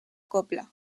cobla